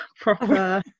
proper